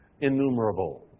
innumerable